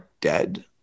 dead